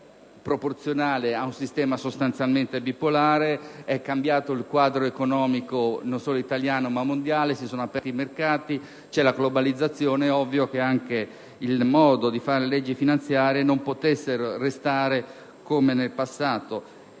un sistema proporzionale ad uno sostanzialmente bipolare; è cambiato il quadro economico, non solo italiano ma mondiale; si sono aperti i mercati e ha preso avvio la globalizzazione: è ovvio che anche il modo di fare le leggi finanziarie non poteva restare lo stesso del passato.